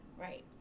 Right